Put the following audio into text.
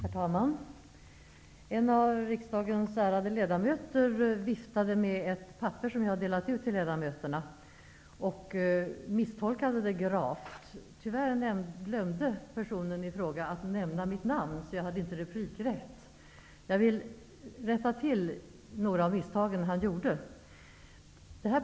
Herr talman! En av riksdagens ärade ledamöter viftade med ett papper som jag har delat ut till ledamöterna och misstolkade det gravt. Tyvärr glömde personen i fråga att nämna mitt namn, så jag hade inte replikrätt. Jag vill rätta till några av misstagen han gjorde.